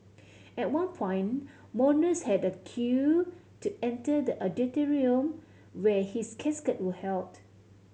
at one point mourners had queue to enter the where his casket was held